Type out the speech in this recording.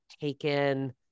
taken